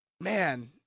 Man